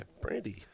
Brandy